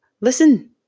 listen